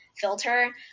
filter